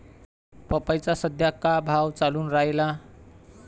पपईचा सद्या का भाव चालून रायला?